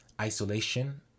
isolation